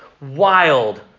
wild